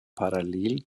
parallel